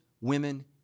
women